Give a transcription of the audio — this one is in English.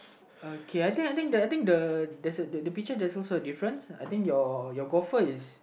okay I think I think the I think the there's the picture there doesn't so different I think your your golf is